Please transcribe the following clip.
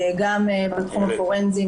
גם בתחום הפורנזי,